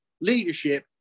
leadership